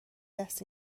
دست